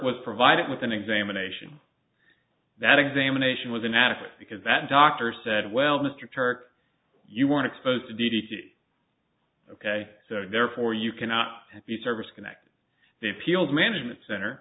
was provided with an examination that examination was inadequate because that doctor said well mr turk you want to pose to d d t ok so therefore you cannot be service connected the appeals management center